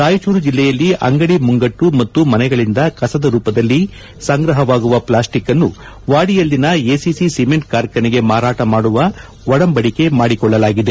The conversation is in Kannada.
ರಾಯಚೂರು ಜಿಲ್ಲೆಯಲ್ಲಿ ಅಂಗಡಿ ಮುಂಗಟ್ಟು ಮತ್ತು ಮನೆಗಳಂದ ಕಸದ ರೂಪದಲ್ಲಿ ಸಂಗ್ರಹವಾಗುವ ಪ್ಪಾಸ್ಟಿಕ್ ಅನ್ನು ವಾಡಿಯಲ್ಲಿನ ಎಸಿಸಿ ಸಿಮೆಂಟ್ ಕಾರ್ಖಾನೆಗೆ ಮಾರಾಟ ಮಾಡುವ ಒಂಡಂಬಡಿಕೆ ಮಾಡಿಕೊಳ್ಲಲಾಗಿದೆ